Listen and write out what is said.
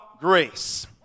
grace